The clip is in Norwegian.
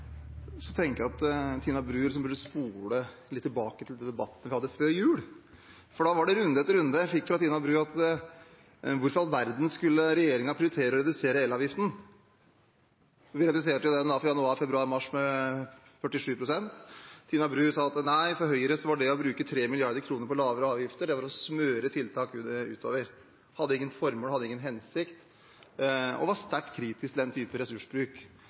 tenker jeg at Tina Bru burde spole litt tilbake til de debattene vi hadde før jul, for da var det runde etter runde fra Tina Bru om hvorfor i all verden regjeringen skulle prioritere å redusere elavgiften. Vi reduserte den da for januar, februar og mars med 47 pst. Tina Bru sa at for Høyre var det å bruke 3 mrd. kr på lavere avgifter å smøre tiltak utover. Det hadde ikke noe formål og ingen hensikt, og hun var sterkt kritisk til den typen ressursbruk.